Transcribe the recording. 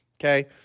Okay